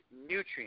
nutrients